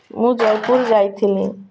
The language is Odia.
ମୁଁ ଜୟପୁର ଯାଇଥିଲି